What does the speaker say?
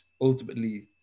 ultimately